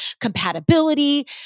compatibility